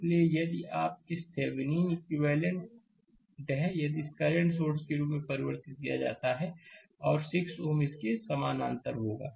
इसलिए यदि आप इस थेविनीन इक्विवेलेंट हैं यदि इसे करंट सोर्स के रूप में परिवर्तित किया जाता है और 6 Ω इसके समानांतर होगा